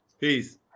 Peace